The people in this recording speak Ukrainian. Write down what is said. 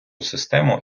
систему